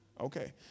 Okay